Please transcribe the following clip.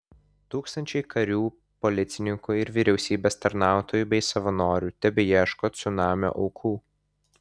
tūkstančiai karių policininkų ir vyriausybės tarnautojų bei savanorių tebeieško cunamio aukų